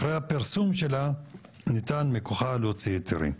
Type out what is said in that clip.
אחרי הפרסום שלה ניתן מכוחה להוציא היתרים.